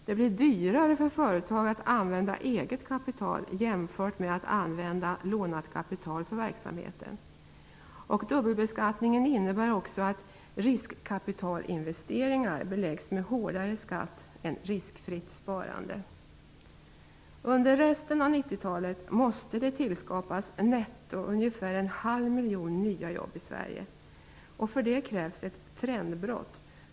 Det blir dyrare för företag att använda eget kapital i jämförelse med att använda lånat kapital för verksamheten. Dubbelbeskattningen innebär att riskkapitalinvesteringar beläggs med hårdare skatt än riskfritt sparande. Under resten av 90-talet måste det skapas netto ungefär en halv miljon nya jobb i Sverige. För det krävs ett trendbrott.